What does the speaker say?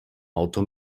auto